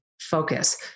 focus